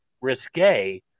risque